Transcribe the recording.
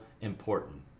important